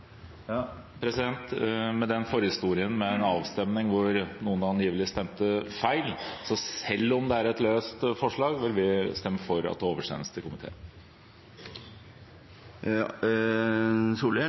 Med forhistorien med en avstemning hvor noen angivelig stemte feil, vil vi, selv om det er et «løst forslag», stemme for at det oversendes komiteen. SV støttar at forslaget vert oversendt til komiteen.